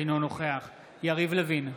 אינו נוכח יריב לוין,